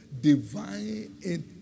divine